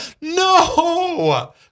No